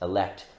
Elect